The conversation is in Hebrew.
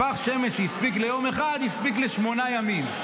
פך השמן שהספיק ליום אחד הספיק לשמונה ימים.